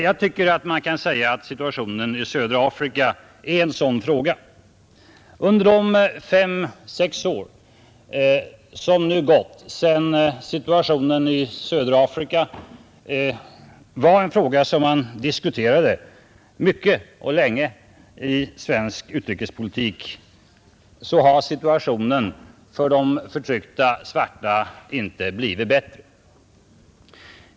Jag tycker att detta gäller situationen i Sydafrika. Under de fem sex år som nu gått sedan situationen i Sydafrika diskuterades mycket och länge i samband med diskussioner om svensk utrikespolitik har förhållandena på intet sätt blivit bättre för den förtryckta svarta majoriteten.